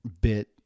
bit